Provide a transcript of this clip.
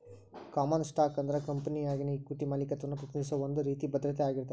common stock ಅಂದ್ರ ಕಂಪೆನಿಯಾಗಿನ equity ಮಾಲೇಕತ್ವವನ್ನ ಪ್ರತಿನಿಧಿಸೋ ಒಂದ್ ರೇತಿ ಭದ್ರತೆ ಆಗಿರ್ತದ